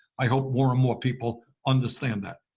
i hope more and more people understand that.